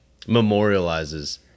memorializes